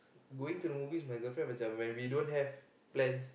going to the movies my girlfriend macam we don't have plans